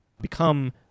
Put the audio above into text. become